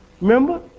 Remember